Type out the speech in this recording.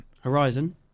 Horizon